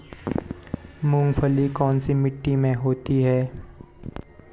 मूंगफली कौन सी मिट्टी में होती है?